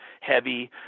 heavy